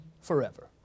forever